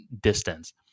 distance